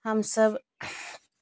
हम सब